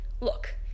look